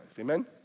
Amen